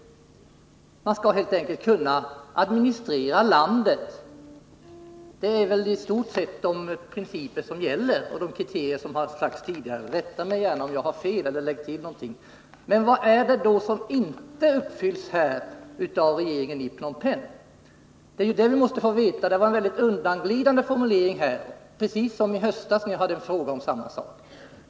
Den skall helt enkelt kunna administrera landet. Det är väl i stort de principer som gäller och de kriterier som har anförts tidigare. Rätta mig gärna, om jag har fel, eller lägg till någonting! Men vad är det då som inte uppfylls av regeringen i Phnom Penh? Det är ju det vi måste få veta. Det var en mycket undanglidande formulering som utrikesministern använde här, precis som i höstas när jag ställde en fråga om samma sak.